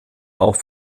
auch